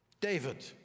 David